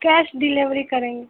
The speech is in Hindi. कैश डिलेवरी करेंगे